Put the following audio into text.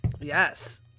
Yes